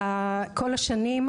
כל השנים,